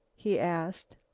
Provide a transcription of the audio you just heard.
he asked.